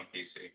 PC